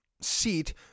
seat